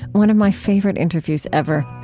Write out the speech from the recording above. one of my favorite interviews ever.